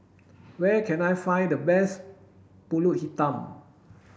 where can I find the best Pulut Hitam